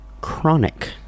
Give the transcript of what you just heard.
chronic